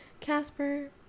Casper